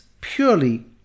purely